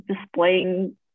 displaying